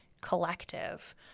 collective